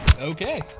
Okay